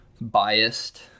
biased